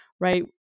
right